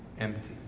empty